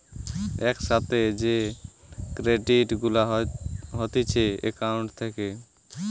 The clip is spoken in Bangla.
এক সাথে যে ক্রেডিট গুলা হতিছে একাউন্ট থেকে